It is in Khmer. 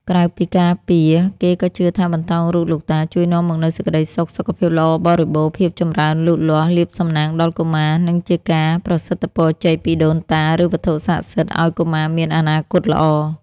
ក្រៅពីការពារ គេក៏ជឿថាបន្តោងរូបលោកតាជួយនាំមកនូវសេចក្ដីសុខ សុខភាពល្អបរិបូរណ៍ ភាពចម្រើនលូតលាស់ លាភសំណាងដល់កុមារ និងជាការប្រសិទ្ធពរជ័យពីដូនតា ឬវត្ថុស័ក្តិសិទ្ធិឱ្យកុមារមានអនាគតល្អ។